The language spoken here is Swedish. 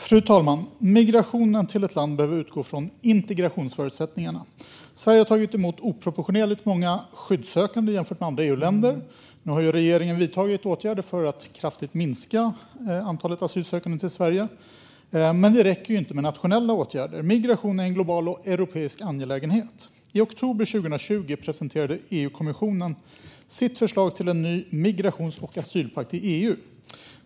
Fru talman! Migrationen till ett land behöver utgå från integrationsförutsättningarna. Sverige har tagit emot oproportionerligt många skyddssökande jämfört med andra EU-länder. Nu har regeringen vidtagit åtgärder för att kraftigt minska antalet asylsökande till Sverige, men det räcker inte med nationella åtgärder. Migrationen är en global och europeisk angelägenhet. I oktober 2020 presenterade EU-kommissionen sitt förslag till en ny migrations och asylpakt i EU.